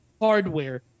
hardware